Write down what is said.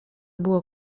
było